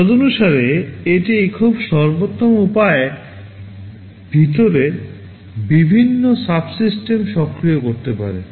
তদনুসারে এটি খুব সর্বোত্তম উপায়ে ভিতরে বিভিন্ন সাবসিস্টেম সক্রিয় করতে পারে